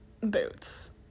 boots